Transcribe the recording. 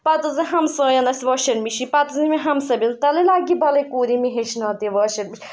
پَتہٕ حظ ٲس ہمسایَن اَسہِ واشنٛگ مِشیٖن پَتہٕ حظ ٲنۍ مےٚ ہمساے باے دوٚپمَس تَلَے لَگیہِ بَلاے کوٗری مےٚ ہیٚچھناوتہٕ یہِ واشنٛگ مِ